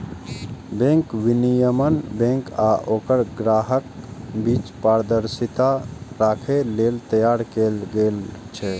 bank विनियमन bank आ ओकर ग्राहकक बीच पारदर्शिता राखै लेल तैयार कैल गेल छै